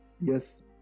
yes